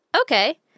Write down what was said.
okay